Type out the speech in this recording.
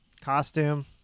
Costume